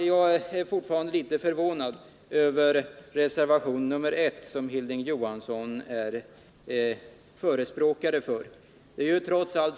Jag är fortfarande litet förvånad över reservationen 1, som Hilding Johansson är förespråkare för.